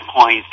point